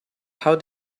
how